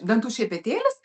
dantų šepetėlis